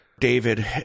David